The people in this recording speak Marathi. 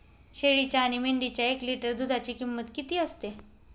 शेळीच्या आणि मेंढीच्या एक लिटर दूधाची किंमत किती असते?